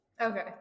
Okay